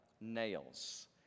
Nails